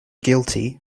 guilty